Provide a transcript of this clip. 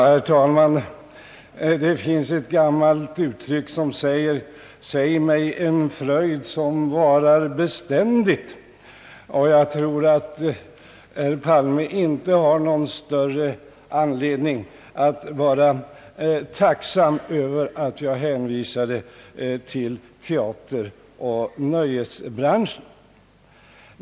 Herr talman! Det finns ett gammalt uttryck som lyder: Säg mig en fröjd som varar beständigt! Jag tror att herr Palme inte har någon större anledning att vara tacksam över att jag hänvisade till teateroch nöjesbranschen.